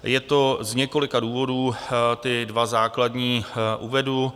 Je to z několika důvodů, ty dva základní uvedu.